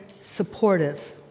supportive